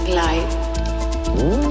light